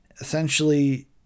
essentially